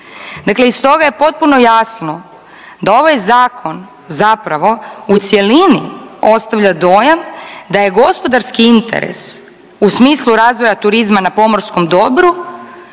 dakle iz toga je potpuno jasno da ovaj zakon zapravo u cjelini ostavlja dojam da je gospodarski interes u smislu razvoja turizma na pomorskom dobru